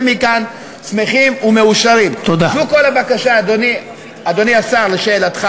זה לא המצב, אדוני השר.